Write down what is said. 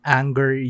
anger